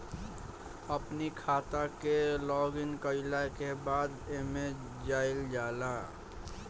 अपनी खाता के लॉगइन कईला के बाद एमे जाइल जाला